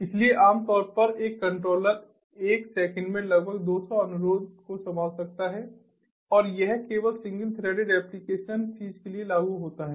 इसलिए आम तौर पर एक कंट्रोलर एक सेकंड में लगभग 2 सौ अनुरोधों को संभाल सकता है और यह केवल सिंगल थ्रेडेड एप्लिकेशन चीज़ के लिए लागू होता है